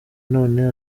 none